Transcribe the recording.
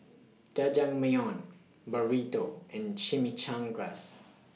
Jajangmyeon Burrito and Chimichangas